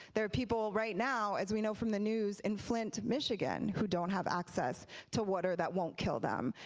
there are people right now, as we know from the news, in flint, michigan who don't have access to water that won't kill them.